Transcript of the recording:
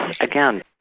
again